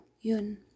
yun